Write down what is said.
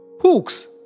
hooks